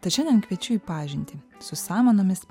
tad šiandien kviečiu į pažintį su samanomis